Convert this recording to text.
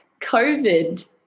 COVID